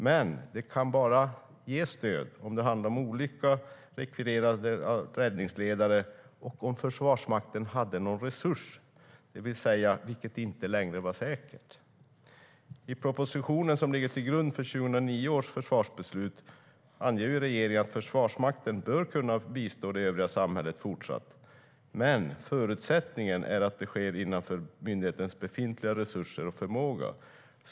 Men det kan bara ges stöd om det handlar om olycka, om att rekvirera räddningsledare och om Försvarsmakten har någon resurs, det vill säga vilket inte längre är säkert.I propositionen som ligger till grund för 2009 års försvarsbeslut anger regeringen att Försvarsmakten fortsatt bör kunna bistå det övriga samhället. Men förutsättningen är att det sker inom ramen för myndighetens befintliga resurser och förmåga.